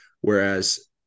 whereas